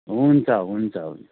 हुन्छ हुन्छ हुन्छ